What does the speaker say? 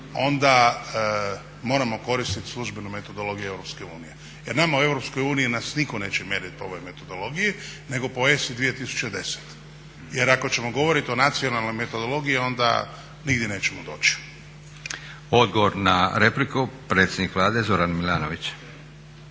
onda moramo koristiti službenu metodologiju Europske unije. Jer nama u Europskoj uniji nas nitko neće mjeriti po ovoj metodologji nego po ESA-i 2010. Jer ako ćemo govoriti o nacionalnoj metodologiji onda nigdje nećemo doći. **Leko, Josip (SDP)** Odgovor na repliku predsjednik Vlade Zoran Milanović.